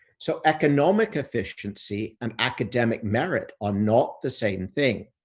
so economic efficiency and academic merit are not the same thing.